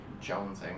jonesing